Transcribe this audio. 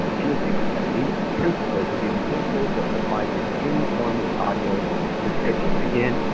and anything like that. these principles would be the principles that would apply to any form of audio description. again,